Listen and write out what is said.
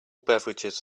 beverages